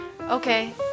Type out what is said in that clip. Okay